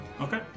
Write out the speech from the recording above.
Okay